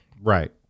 right